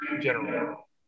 general